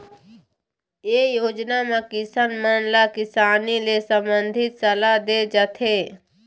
ए योजना म किसान मन ल किसानी ले संबंधित सलाह दे जाथे